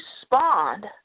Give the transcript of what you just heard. respond